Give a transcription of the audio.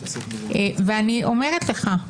אני אומרת לך,